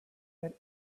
that